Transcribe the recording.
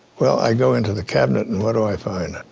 well, i go into the cabinet and what do i find?